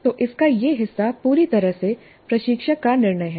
तो इसका यह हिस्सा पूरी तरह से प्रशिक्षक का निर्णय है